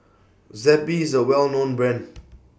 Zappy IS A Well known Brand